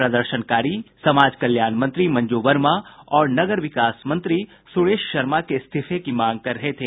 प्रदर्शनकारी समाज कल्याण मंत्री मंजू वर्मा और नगर विकास मंत्री सुरेश शर्मा के इस्तीफे की मांग कर रहे थे